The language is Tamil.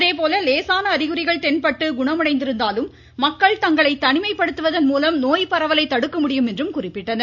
அதேபோல் லேசான அறிகுறிகள் தென்பட்டு குணமடைந்திருந்தாலும் மக்கள் தங்களை தனிமைப்படுத்துவதன் மூலம் நோய்பரவலை தடுக்கமுடியும் என்றும் குறிப்பிட்டனர்